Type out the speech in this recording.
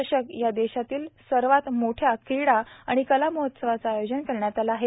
चषक या देशातील सर्वात मोठ्या क्रिडा आणि कला महोत्सवाचे आयोजन करण्यात आले आहे